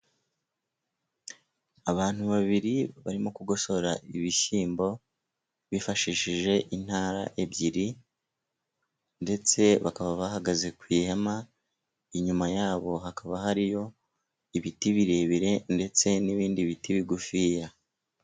Abantu babiri barimo kugosora ibishyimbo bifashishije intara ebyiri ndetse bakaba bahagaze ku ihema, inyuma yabo hakaba hariyo ibiti birebire ndetse n'ibindi biti bigufiya.